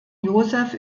joseph